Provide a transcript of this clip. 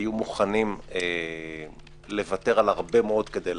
היו מוכנים לוותר על הרבה מאוד כדי להפגין?